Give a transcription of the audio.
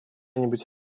нибудь